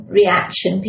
reaction